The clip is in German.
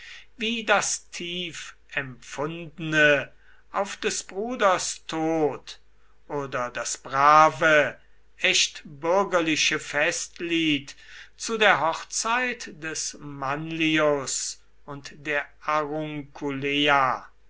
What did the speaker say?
wie das tief empfundene auf des bruders tod oder das brave echt bürgerliche festlied zu der hochzeit des manlius und der